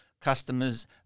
customers